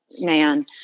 man